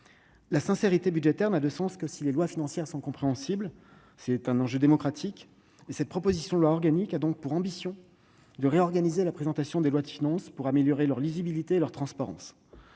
La sincérité budgétaire n'a de sens que si les lois financières sont compréhensibles : il s'agit d'un enjeu démocratique. Les auteurs de la présente proposition de loi organique ont donc pour ambition de réorganiser la présentation des lois de finances en vue d'en améliorer la lisibilité et la transparence